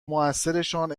موثرشان